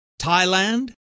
Thailand